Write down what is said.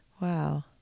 wow